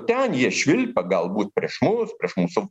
ten jie švilpia galbūt prieš mus prieš mūsų